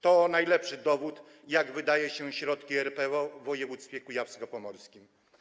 To najlepszy dowód, jak wydaje się środki RPO w województwie kujawsko-pomorskim.